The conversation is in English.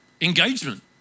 engagement